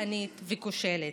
דכאנית וכושלת.